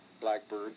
Blackbird